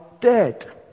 dead